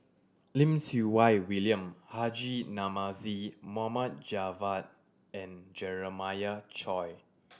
Lim Siew Wai William Haji Namazie Mohd Javad and Jeremiah Choy